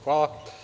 Hvala.